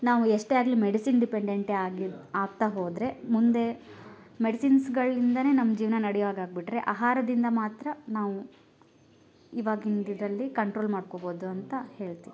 ನಾವು ಎಷ್ಟೇ ಆಗಲಿ ಮೆಡಿಸಿನ್ ಡಿಪೆಂಡೆಂಟೇ ಆಗಲಿ ಆಗ್ತಾ ಹೋದರೆ ಮುಂದೆ ಮೆಡಿಸಿನ್ಸ್ಗಳಿಂದನೇ ನಮ್ಮ ಜೀವನ ನಡೆಯೋವಾಗೆ ಆಗ್ಬಿಟ್ಟರೆ ಆಹಾರದಿಂದ ಮಾತ್ರ ನಾವು ಇವಾಗಿನ ಇದರಲ್ಲಿ ಕಂಟ್ರೋಲ್ ಮಾಡ್ಕೊಬೋದು ಅಂತ ಹೇಳ್ತೀನಿ